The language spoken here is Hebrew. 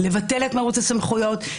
לבטל את מרוץ הסמכויות,